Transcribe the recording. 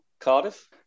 Cardiff